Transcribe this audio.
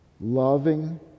loving